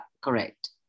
correct